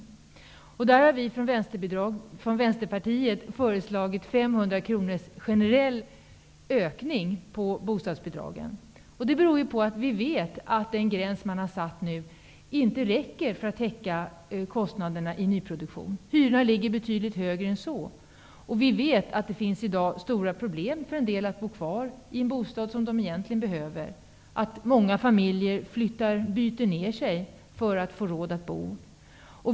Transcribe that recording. Där har vi från Vänsterpartiet föreslagit 500 kr generell ökning av bostadsbidragen. Det beror på att vi vet att den gräns man har satt nu inte räcker för att täcka kostnaderna i nyproduktion. Hyrorna ligger betydligt högre än så. Vi vet att det i dag finns stora problem för en del att bo kvar i en bostad som de egentligen behöver. Många familjer byter ned sig för att få råd att bo.